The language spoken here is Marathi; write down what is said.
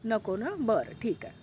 नको ना बरं ठीकय